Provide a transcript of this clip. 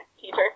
teacher